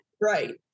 Right